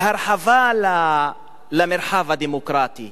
והרחבת המרחב הדמוקרטי,